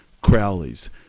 Crowley's